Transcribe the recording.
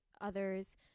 others